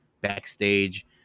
backstage